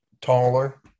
taller